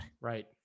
Right